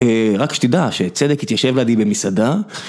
רק שתדע שצדק התיישב לידי במסעדה